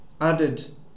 added